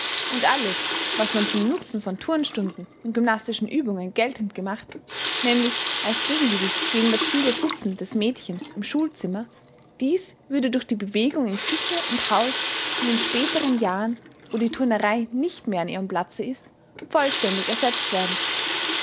und alles was man zum nutzen von turnstunden und gymnastischen uebungen geltend gemacht nämlich als gegengewicht gegen das viele sitzen des mädchens im schulzimmer dies würde durch die bewegung in küche und haus in den späteren jahren wo die turnerei nicht mehr an ihrem platze ist vollständig ersetzt werden